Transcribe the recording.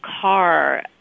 car